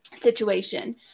situation